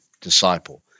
disciple